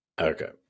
Okay